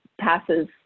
passes